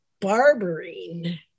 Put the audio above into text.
barbering